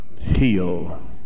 heal